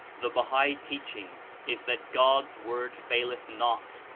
the bahal teaching is that god's word falleth not,